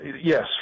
Yes